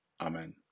Amen